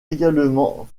également